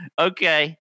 okay